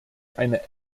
eine